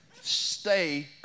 Stay